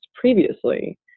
previously